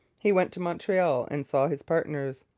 he went to montreal and saw his partners.